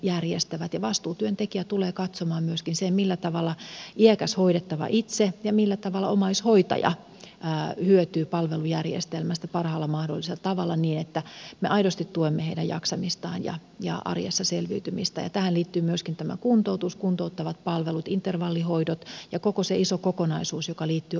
vastuutyöntekijä tulee katsomaan myöskin sen millä tavalla iäkäs hoidettava itse ja millä tavalla omaishoitaja hyötyy palvelujärjestelmästä parhaalla mahdollisella tavalla niin että me aidosti tuemme heidän jaksamistaan ja arjessa selviytymistään ja tähän liittyy myöskin tämä kuntoutus kuntouttavat palvelut intervallihoidot ja koko se iso kokonaisuus joka liittyy omaishoitajuuteen